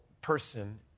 person